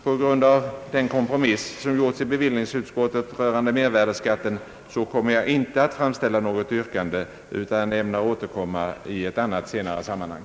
På grund av den kompromiss som gjorts i bevillningsutskottet beträffande mervärdeskatten kommer jag inte att framställa något yrkande utan ämnar återkomma i annat sammanhang.